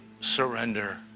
surrender